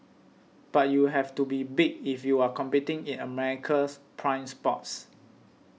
but you have to be big if you are competing in America's prime spots